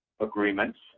agreements